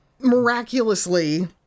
miraculously